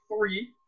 three